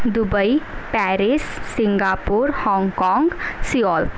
Dubai Paris Singapore Hong Kong Seoul